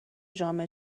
جامعه